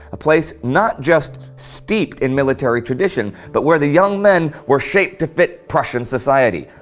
a place not just steeped in military tradition, but where the young men were shaped to fit prussian society.